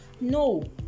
no